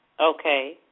Okay